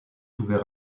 ouvert